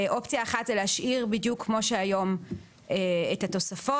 אופציה אחת זה להשאיר בדיוק כמו שהיום את התופסות,